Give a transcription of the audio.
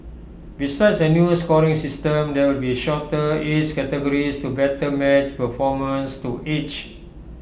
besides A new scoring system there will be shorter age categories to better match performance to age